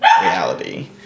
reality